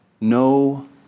No